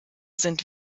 sind